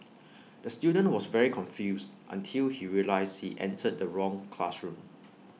the student was very confused until he realised he entered the wrong classroom